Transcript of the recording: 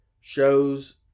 shows